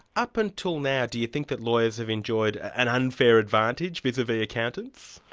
up until now, do you think that lawyers have enjoyed an unfair advantage vis-a-vis accountants?